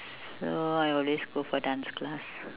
so I always go for dance class